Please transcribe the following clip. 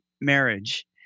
Marriage